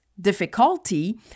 difficulty